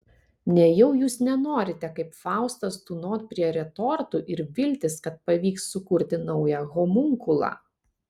nejau jūs nenorite kaip faustas tūnot prie retortų ir viltis kad pavyks sukurti naują homunkulą